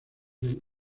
del